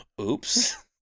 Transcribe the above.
Oops